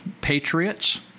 patriots